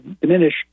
diminish